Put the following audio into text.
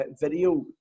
video